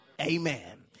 Amen